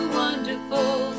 wonderful